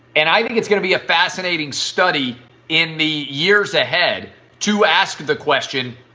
and i think it's gonna be a fascinating study in the years ahead to ask the question,